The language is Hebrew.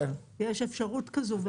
יש אפשרות כזאת.